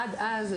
עד אז,